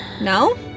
No